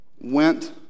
went